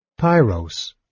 Pyros